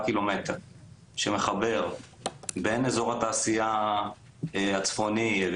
קילומטר שמחבר בין אזור התעשייה הצפוני,